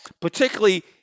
particularly